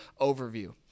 overview